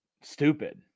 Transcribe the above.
stupid